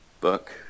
book